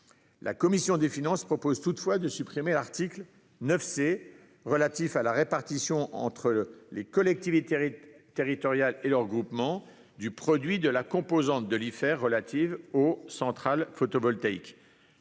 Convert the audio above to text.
La commission des finances propose toutefois de supprimer l'article 9 C relatif à la répartition entre les collectivités territoriales et leurs groupements du produit de la composante de l'imposition forfaitaire sur les